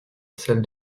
salle